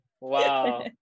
Wow